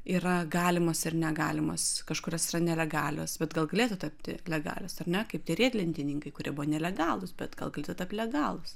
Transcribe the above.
yra galimos ir negalimas kažkurios yra nelegalios bet gal galėtų tapti legalios ar ne kaip tie riedlentininkai kurie buvo nelegalūs bet gal gaėtų tapt legalūs